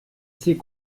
c’est